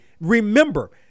remember